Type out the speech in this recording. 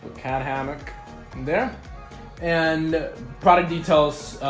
cat hammock and their and product details,